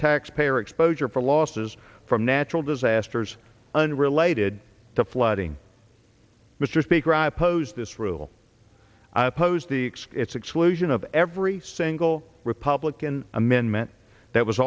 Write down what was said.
taxpayer exposure for losses from natural disasters unrelated to flooding mr speaker i opposed this rule i oppose the exclusion of every single republican amendment that was